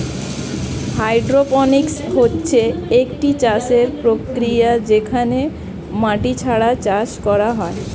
hydroponics হচ্ছে একটি চাষের প্রক্রিয়া যেখানে মাটি ছাড়া চাষ করা হয়